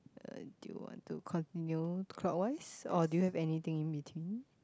uh do you want to continue clockwise or do you have anything in between